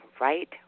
right